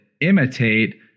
imitate